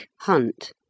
Hunt